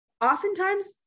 oftentimes-